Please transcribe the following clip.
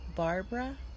Barbara